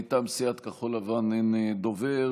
מטעם סיעת כחול לבן אין דובר.